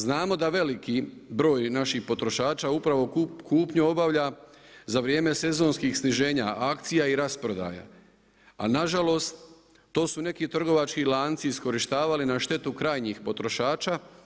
Znamo da veliki broj naših potrošača upravo kupnju obavlja za vrijeme sezonskih sniženja akcija i rasprodaja, a nažalost to su neki trgovački lanci iskorištavali na štetu krajnjih potrošača.